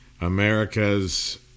America's